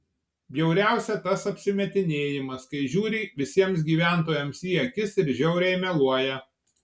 bjauriausia tas apsimetinėjimas kai žiūri visiems gyventojams į akis ir žiauriai meluoja